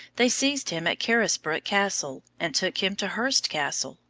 they seized him at carisbrooke castle, and took him to hurst castle,